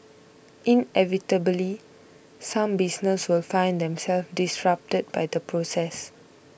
inevitably some businesses will find themselves disrupted by the process